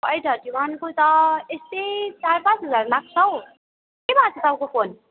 Y thirty वनको त यस्तै चार पाँच हजार लाग्छ हौ के भएको छ तपाईँको फोन